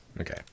Okay